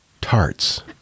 tarts